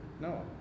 No